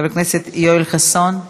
חבר הכנסת יואל חסון.